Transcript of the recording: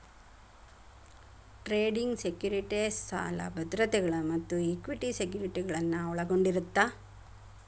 trading securities ಸಾಲ ಭದ್ರತೆಗಳ ಮತ್ತ ಇಕ್ವಿಟಿ ಸೆಕ್ಯುರಿಟಿಗಳನ್ನ ಒಳಗೊಂಡಿರತ್ತ